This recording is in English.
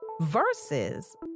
Versus